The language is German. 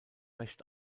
recht